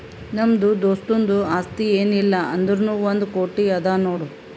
ನಮ್ದು ದೋಸ್ತುಂದು ಆಸ್ತಿ ಏನ್ ಇಲ್ಲ ಅಂದುರ್ನೂ ಒಂದ್ ಕೋಟಿ ಅದಾ ನೋಡ್